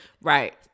Right